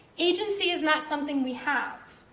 agency is not something we have.